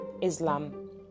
Islam